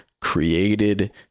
created